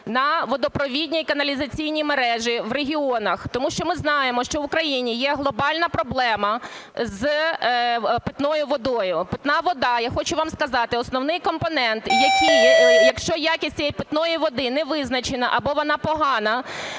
на водопровідні і каналізаційні мережі в регіонах. Тому що ми знаємо, що в Україні є глобальна проблема з питною водою. Питна вода, я хочу вам сказати, – основний компонент, який, якщо якість цієї питної води не визначена або вона погана,